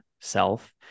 self